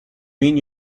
mean